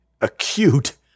acute